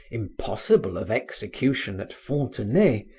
impossible of execution at fontenay,